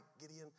Gideon